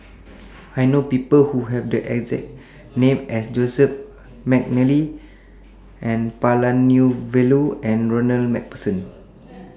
I know People Who Have The exact name as Joseph Mcnally N Palanivelu and Ronald MacPherson